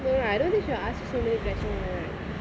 no right I don't think she will ask you so many questions